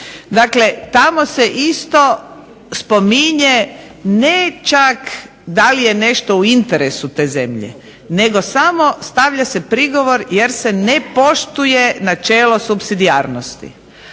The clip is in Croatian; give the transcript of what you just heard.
dakle tamo se isto spominje ne čak da li je nešto u interesu te zemlje nego samo stavlja se prigovor jer se ne poštuje načelo supsidijarnosti.